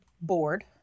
board